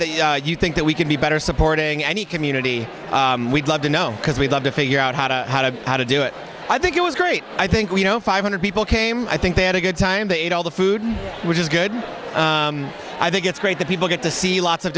that you think that we could be better supporting any community we'd love to know because we'd love to figure out how to how to how to do it i think it was great i think we know five hundred people came i think they had a good time they ate all the food which is good i think it's great that people get to see lots of